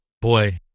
boy